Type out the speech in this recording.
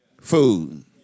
food